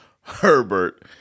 Herbert